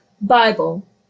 Bible